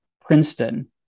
Princeton